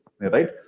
right